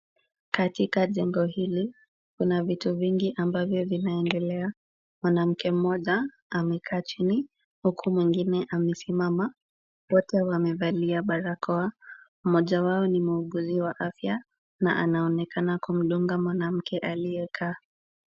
Katika jengo hili kuna vitu vingi ambavyo vinaendelea. Mwanamke mmoja amekaa chini huku mwingine amesimama. Wote wamevalia barakoa. Mmoja wao ni muuguzi wa afya na anaonekana kumdunga mwanamke aliyekaa.